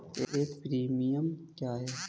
एक प्रीमियम क्या है?